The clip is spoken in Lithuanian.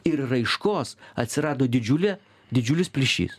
ir raiškos atsirado didžiulė didžiulis plyšys